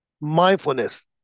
mindfulness